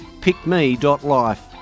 pickme.life